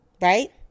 right